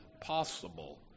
possible